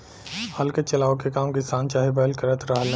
हल के चलावे के काम किसान चाहे बैल करत रहलन